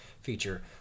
feature